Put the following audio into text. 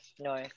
no